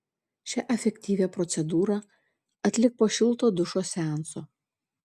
šią efektyvią procedūrą atlik po šilto dušo seanso